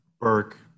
Burke